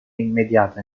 immediata